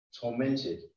tormented